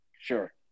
Sure